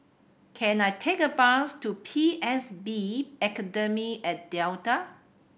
can I take a bus to P S B Academy at Delta